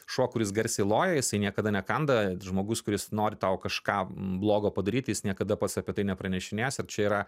šuo kuris garsiai loja jisai niekada nekanda žmogus kuris nori tau kažką blogo padaryti jis niekada pats apie tai nepranešinės ir čia yra